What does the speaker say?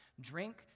drink